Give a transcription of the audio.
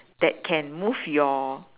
that can move your